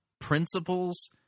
principles